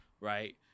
right